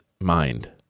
mind